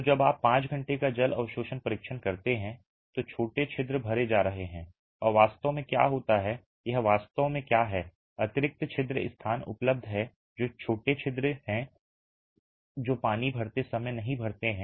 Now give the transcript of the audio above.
तो जब आप 5 घंटे का जल अवशोषण परीक्षण करते हैं तो छोटे छिद्र भरे जा रहे हैं और वास्तव में क्या होता है यह वास्तव में क्या है अतिरिक्त छिद्र स्थान उपलब्ध है जो छोटे छिद्र हैं जो पानी भरते समय नहीं भरते हैं